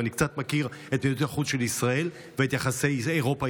ואני קצת מכיר את מדיניות החוץ של ישראל ואת יחסי אירופה-ישראל.